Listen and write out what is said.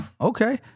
Okay